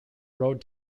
road